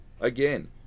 again